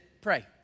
Pray